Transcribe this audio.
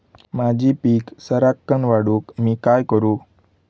माझी पीक सराक्कन वाढूक मी काय करू?